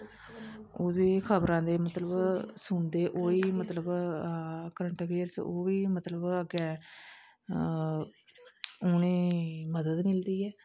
ओहदे च खब़रा दे मतलब सुनदे कोई मतलब करंट आफेयरस मतलब ओहदे कन्नै उनेंगी मदद मिलदी ऐ